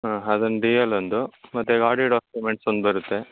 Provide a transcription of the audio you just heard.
ಹಾಂ ಅದೊಂದು D L ಒಂದು ಮತ್ತೆ ಗಾಡಿ ಡಾಕ್ಯುಮೆಂಟ್ಸ್ ಒಂದು ಬರುತ್ತೆ